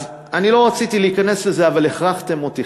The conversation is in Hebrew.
אז לא רציתי להיכנס לזה, אבל הכרחתם אותי.